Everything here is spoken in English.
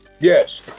Yes